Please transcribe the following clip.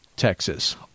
Texas